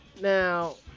Now